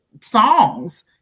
songs